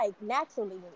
naturally